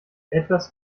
etwas